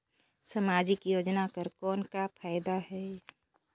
समाजिक योजना कर कौन का फायदा है?